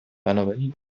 بنابراین